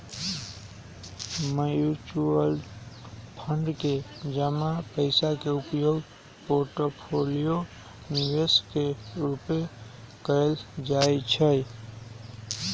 mutual fund में जमा पइसा के उपयोग पोर्टफोलियो निवेश के रूपे कएल जाइ छइ